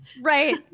right